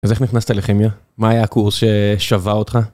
אז איך נכנסת לכימיה? מה היה הקורס ששבה אותך?